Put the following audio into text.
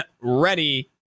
Ready